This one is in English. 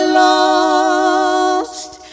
lost